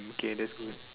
K that's good